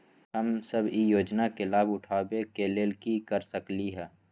हम सब ई योजना के लाभ उठावे के लेल की कर सकलि ह?